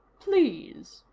please.